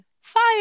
fire